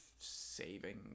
saving